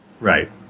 Right